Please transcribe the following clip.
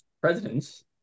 presidents